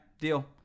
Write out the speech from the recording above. Deal